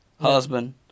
husband